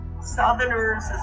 Southerners